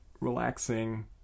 relaxing